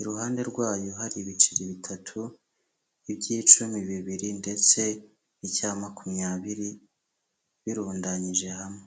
iruhande rwayo hari ibiceri bitatu, iby'icumi bibiri ndetse n'icya makumyabiri, birundanyije hamwe.